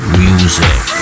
music